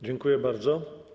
Dziękuję bardzo.